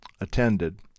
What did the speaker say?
attended